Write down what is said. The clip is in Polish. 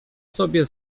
sobie